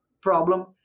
problem